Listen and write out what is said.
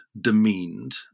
demeaned